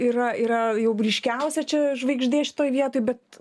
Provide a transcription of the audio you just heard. yra yra jau blyškiausia čia žvaigždė šitoj vietoj bet